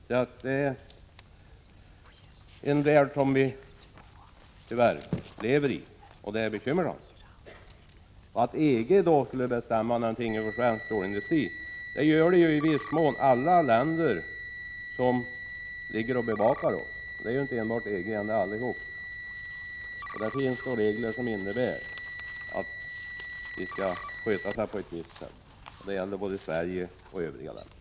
Sådan är tyvärr den värld som vi lever i, och det bekymrar oss. Det sägs att EG skulle bestämma över svensk stålindustri. Det gör ju i viss mån alla länder som bevakar Sverige. Det är inte enbart EG, det är allihop. I det fallet finns regler som innebär att länderna skall sköta sig på ett visst sätt. Det gäller både Sverige och övriga länder.